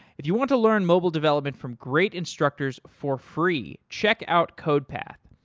if you want to learn mobile development from great instructors for free, check out codepath.